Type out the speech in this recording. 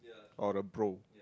or a bro